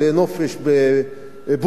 לנופש בבורגס